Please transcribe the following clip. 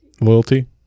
loyalty